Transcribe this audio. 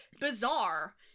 Bizarre